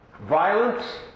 violence